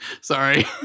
Sorry